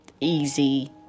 easy